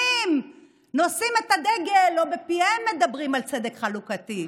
נושאים את הדגל ובפיהם מדברים על צדק חלוקתי.